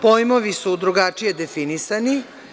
Pojmovi su drugačije definisani.